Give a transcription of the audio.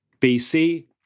BC